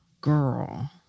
Girl